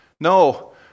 No